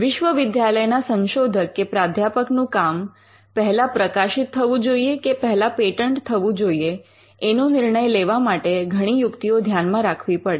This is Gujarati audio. વિશ્વવિદ્યાલયના સંશોધક કે પ્રાધ્યાપકનું કામ પહેલા પ્રકાશિત થવું જોઈએ કે પહેલા પેટન્ટ થવું જોઈએ એનો નિર્ણય લેવા માટે ઘણી યુક્તિઓ ધ્યાનમાં રાખવી પડે